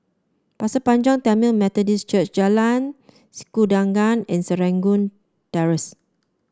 Pasir Panjang Tamil Methodist Church Jalan Sikudangan and Serangoon Terrace